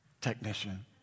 technician